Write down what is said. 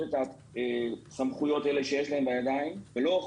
את הסמכויות האלה שיש להן בידיים ולא אוכפות,